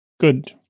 good